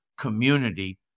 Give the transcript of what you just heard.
community